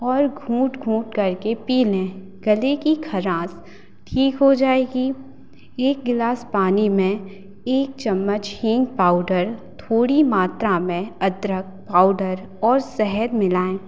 और घूँट घूँट करके पी लें गले की खराश ठीक हो जाएगी एक गिलास पानी में एक चम्मच हींग पाउडर थोड़ी मात्रा में अदरक पाउडर और शहद मिलाएँ